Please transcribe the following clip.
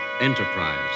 Enterprise